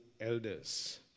elders